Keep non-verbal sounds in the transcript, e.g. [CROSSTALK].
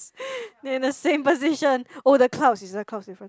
[LAUGHS] they are in the same position oh the clouds is the clouds different